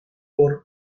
por